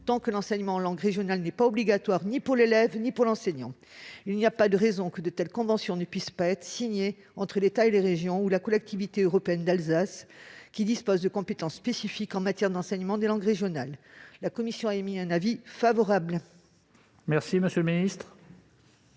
tant que l'enseignement en langue régionale n'est obligatoire ni pour l'élève ni pour l'enseignant. Il n'y a pas de raison que de telles conventions ne puissent pas être signées entre l'État et les régions ou la collectivité européenne d'Alsace, qui exerce des compétences spécifiques en matière d'enseignement des langues régionales. La commission a émis un avis favorable sur cet